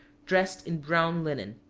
dressed in brown linen.